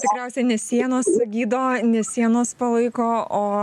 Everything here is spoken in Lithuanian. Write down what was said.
tikriausia ne sienos gydo ne sienos palaiko o